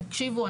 תקשיבו,